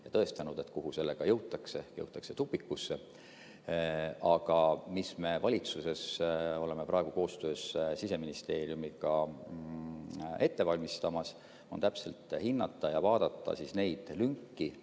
tõestanud. Kuhu sellega jõutakse? Jõutakse tupikusse. Aga mis me valitsuses oleme praegu koostöös Siseministeeriumiga ette valmistamas, on viis, kuidas täpselt hinnata ja vaadata neid lünki,